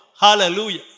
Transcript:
Hallelujah